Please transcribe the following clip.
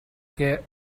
què